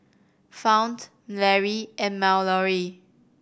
Fount Lary and Mallory